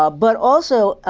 ah but also,